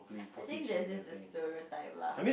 I think there's just this stereotype lah